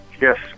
Yes